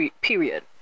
period